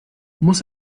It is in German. muss